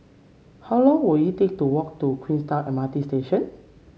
how long will it take to walk to Queenstown M R T Station